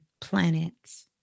planets